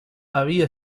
había